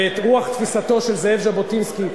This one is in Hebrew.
ברוח תפיסתו של זאב ז'בוטינסקי,